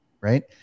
right